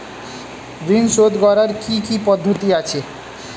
ঋন শোধ করার কি কি পদ্ধতি আছে?